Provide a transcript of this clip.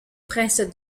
prince